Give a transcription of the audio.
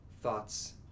thoughts